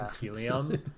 Helium